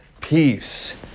Peace